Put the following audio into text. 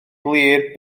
glir